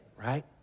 right